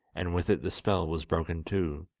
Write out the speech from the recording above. and with it the spell was broken too,